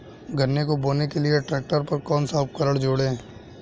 गन्ने को बोने के लिये ट्रैक्टर पर कौन सा उपकरण जोड़ें?